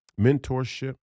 mentorship